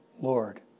Lord